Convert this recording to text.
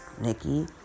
Nikki